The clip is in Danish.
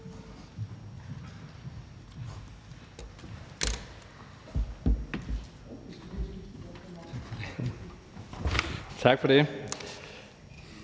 Tak for det.